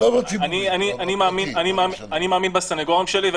אני מאמין בסנגורים שלי,